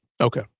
Okay